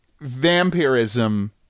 vampirism